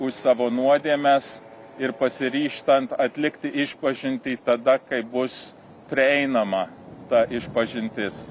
už savo nuodėmes ir pasiryžtant atlikti išpažintį tada kai bus prieinama ta išpažintis